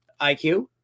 IQ